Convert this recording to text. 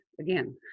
again